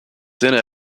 then